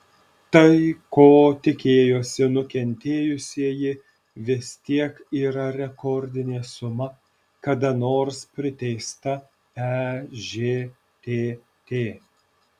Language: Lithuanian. tai ko tikėjosi nukentėjusieji vis tiek yra rekordinė suma kada nors priteista ežtt